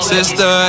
Sister